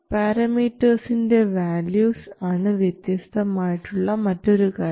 പാരമീറ്റർസിൻറെ values ആണ് വ്യത്യസ്തം ആയിട്ടുള്ള മറ്റൊരു കാര്യം